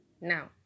Now